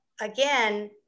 again